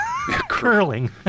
Curling